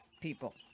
people